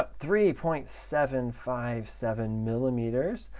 but three point seven five seven millimeters,